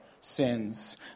sins